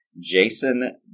Jason